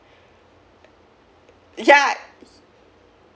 yah